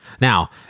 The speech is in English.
Now